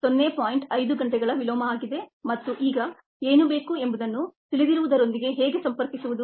5 ಗಂಟೆಗಳ ವಿಲೋಮ ಆಗಿದೆ ಮತ್ತು ಈಗ ಏನು ಬೇಕು ಎಂಬುದನ್ನು ತಿಳಿದಿರುವುದರೊಂದಿಗೆ ಹೇಗೆ ಸಂಪರ್ಕಿಸುವುದು